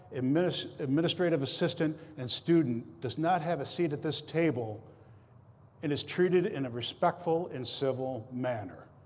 administrative administrative assistant, and student does not have a seat at this table and is treated in a respectful and civil manner.